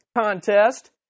contest